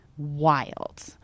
Wild